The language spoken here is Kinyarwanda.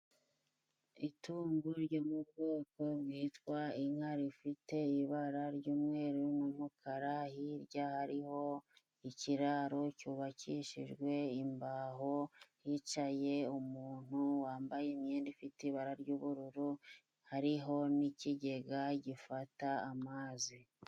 Itungo ryo mu bwoko bwitwa inka. Rifite ibara ry'umweru n'umukara, hirya hariho ikiraro cyubakishijwe imbaho. Hicaye umuntu wambaye imyenda ifite ibara ry'ubururu, hariho n'ikigega gifata amazi.